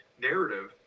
narrative